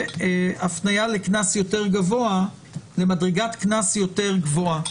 והפניה למדרגת קנס יותר גבוהה.